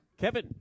Kevin